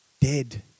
dead